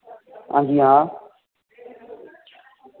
हांजी हां